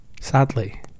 Sadly